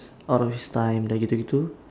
out of his time dah gitu gitu